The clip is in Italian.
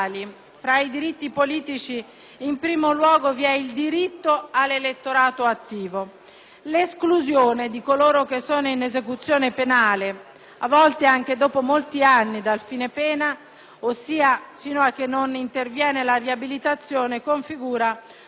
L'esclusione di coloro che sono in esecuzione penale, a volte anche dopo molti anni dal fine pena, ossia sino a che non interviene la riabilitazione, configura un'ingiustificata preclusione all'esercizio di uno dei diritti fondamentali dell'individuo.